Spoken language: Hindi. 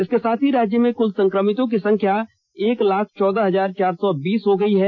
इसके साथ ही राज्य में कुल संक्रमितों की संख्या एक लाख चौदह हजार चार सौ बीस हो गई है